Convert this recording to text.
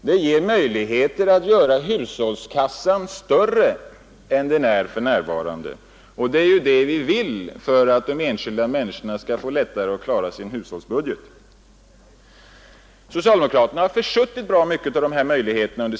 Den ger möjligheter att göra hushållskassan större än den för närvarande är, och det är ju det som behövs för att de enskilda människorna skall få lättare att klara sin hushållsbudget. Socialdemokraterna har under senare år försuttit bra mycket av de möjligheterna.